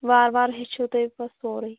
وار وار ہیٚچھُو تُہۍ پَتہٕ سورُے